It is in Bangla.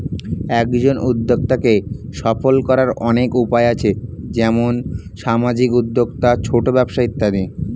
একজন উদ্যোক্তাকে সফল করার অনেক উপায় আছে, যেমন সামাজিক উদ্যোক্তা, ছোট ব্যবসা ইত্যাদি